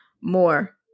more